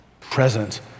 present